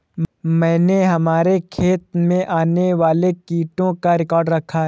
मैंने हमारे खेत में आने वाले कीटों का रिकॉर्ड रखा है